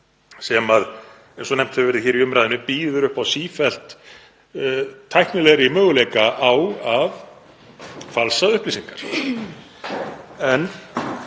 sem, eins og nefnt hefur verið hér í umræðunni, býður upp á sífellt tæknilegri möguleika á að falsa upplýsingar. En